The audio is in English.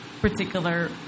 particular